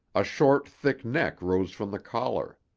a short, thick neck rose from the collar.